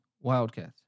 Wildcats